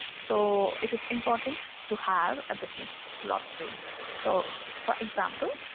so it is important to have a business glossary so for example.